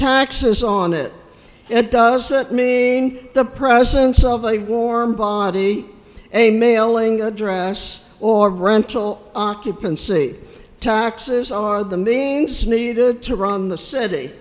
taxes on it it doesn't mean the presence of a warm body a mailing address or rental occupancy taxes are the means needed to run the city